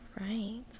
right